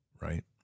right